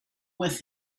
with